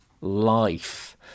life